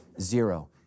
zero